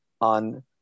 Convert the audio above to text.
on